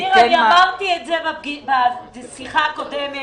אני אמרתי את זה בשיחה הקודמת.